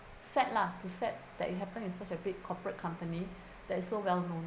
sad lah to sad that it happened in such a big corporate company that is so well-known